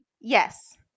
Yes